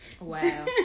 Wow